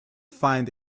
find